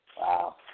Wow